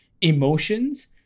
emotions